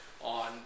on